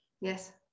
Yes